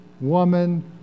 woman